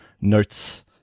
notes